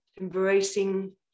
embracing